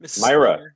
Myra